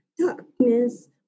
darkness